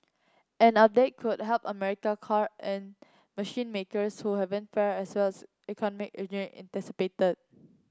an update could help America car and machine makers who haven't fared as well as economy